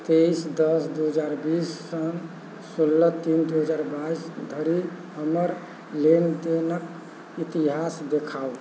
तैइस दस दू हजार बीससँ सोलह तीन दू हजार बाइस धरि हमर लेनदेनके इतिहास देखाउ